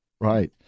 Right